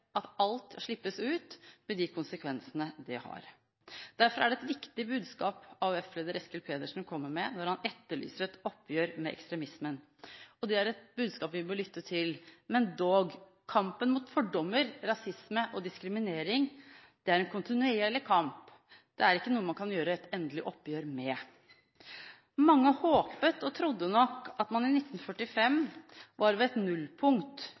et viktig budskap AUF-leder Eskil Pedersen kommer med, når han etterlyser et oppgjør med ekstremismen, og det er et budskap vi bør lytte til. Men dog, kampen mot fordommer, rasisme og diskriminering er en kontinuerlig kamp, det er ikke noe man kan ta et endelig oppgjør med. Mange håpet og trodde nok at man i 1945 var ved et nullpunkt: